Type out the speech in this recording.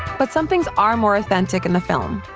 but some things are more authentic in the film.